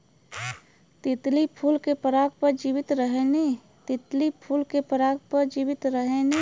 तितली फूल के पराग पर जीवित रहेलीन